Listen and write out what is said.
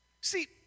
See